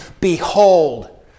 Behold